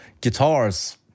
guitars